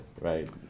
right